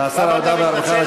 תודה.